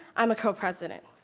i'm a co-president.